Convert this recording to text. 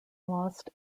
lost